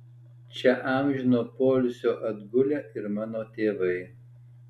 čia amžino poilsio atgulę ir mano tėvai